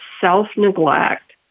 self-neglect